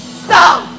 stop